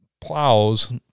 plows